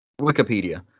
Wikipedia